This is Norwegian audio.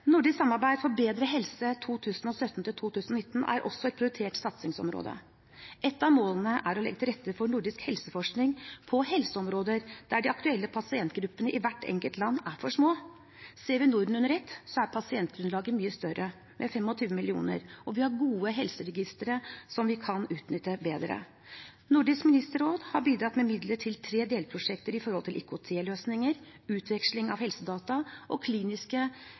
nordisk land. «Nordisk samarbeid for bedre helse 2017–2019» er også et prioritert satsingsområde. Ett av målene er å legge til rette for nordisk helseforskning på helseområder der de aktuelle pasientgruppene i hvert enkelt land er for små. Ser vi Norden under ett, er pasientgrunnlaget mye større, med 25 millioner, og vi har gode helseregistre som vi kan utnytte bedre. Nordisk ministerråd har bidratt med midler til tre delprosjekter innenfor IKT-løsninger, utveksling av helsedata og kliniske